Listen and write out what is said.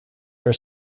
are